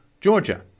Georgia